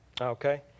okay